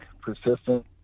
persistent